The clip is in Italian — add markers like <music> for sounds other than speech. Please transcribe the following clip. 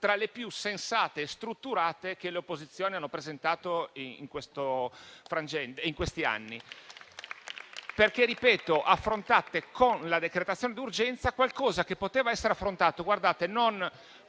tra le più sensate e strutturate che le opposizioni abbiano presentato in questi anni. <applause> Ripeto che affrontate con la decretazione d'urgenza qualcosa che poteva essere affrontato magari non